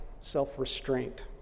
self-restraint